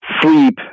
sleep